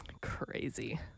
crazy